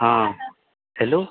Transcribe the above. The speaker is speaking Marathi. हा हॅलो